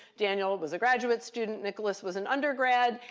daniel was a graduate student. nicholas was an undergrad.